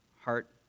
heart